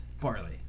barley